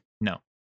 No